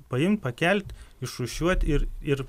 paimt pakelt išrūšiuot ir ir